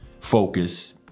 focus